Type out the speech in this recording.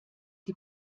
die